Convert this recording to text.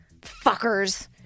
Fuckers